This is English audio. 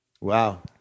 Wow